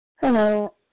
Hello